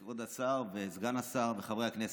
כבוד השר וסגן השר, חברי הכנסת,